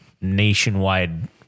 nationwide